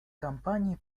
компании